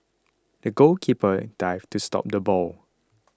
the goalkeeper dived to stop the ball